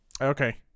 Okay